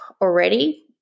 already